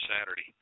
Saturday